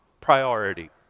priority